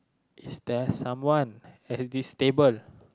is there someone at this table